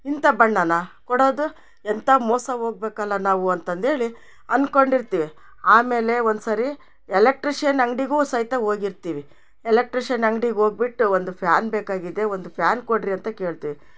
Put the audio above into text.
ಇಂಥಾ ಬಣ್ಣನ ಕೊಡೋದು ಎಂಥಾ ಮೋಸ ಹೋಗ್ಬೇಕಲ್ಲ ನಾವು ಅಂತಂದೇಳಿ ಅನ್ಕೊಂಡಿರ್ತೀವಿ ಆಮೇಲೆ ಒಂದ್ಸರಿ ಎಲೆಕ್ಟ್ರಿಷಿಯನ್ ಅಂಗಡಿಗೂ ಸಹಿತ ಹೋಗಿರ್ತೀವಿ ಎಲೆಕ್ಟ್ರಿಷನ್ ಅಂಗ್ಡಿಗೆ ಹೋಗ್ಬಿಟ್ಟು ಒಂದು ಫ್ಯಾನ್ ಬೇಕಾಗಿದೆ ಒಂದು ಫ್ಯಾನ್ ಕೊಡ್ರಿ ಅಂತ ಕೇಳ್ತಿವಿ